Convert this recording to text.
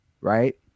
right